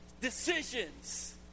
decisions